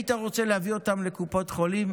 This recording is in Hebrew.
היית רוצה להביא אותם לקופות חולים,